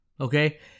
Okay